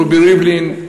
רובי ריבלין,